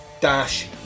dash